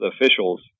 officials